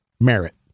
merit